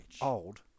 Old